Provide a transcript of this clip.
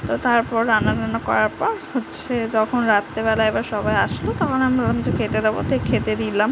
তো তারপর রান্না টান্না করার পর হচ্ছে যখন রাত্রেবেলায় এবার সবাই আসলো তখন আমি ভাবলাম যে খেতে দেবো তাই খেতে দিলাম